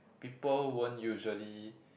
people won't usually